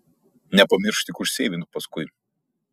nepamiršk tik užseivint paskui